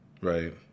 right